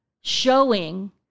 showing